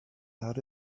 that